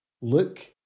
look